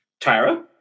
tyra